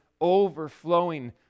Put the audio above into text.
overflowing